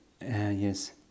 yes